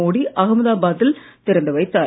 மோடி அகமதபாத்தில் திறந்து வைத்தார்